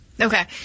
Okay